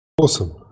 Awesome